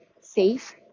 safe